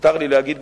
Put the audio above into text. מותר לי להגיד,